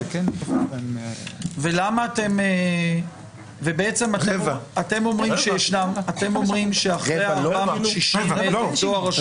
640,000. ובעצם אתם אומרים שאחרי אותם 460,000 בדואר רשום,